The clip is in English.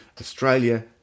Australia